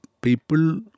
people